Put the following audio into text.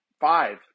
five